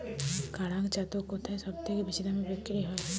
কাড়াং ছাতু কোথায় সবথেকে বেশি দামে বিক্রি হয়?